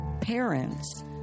parents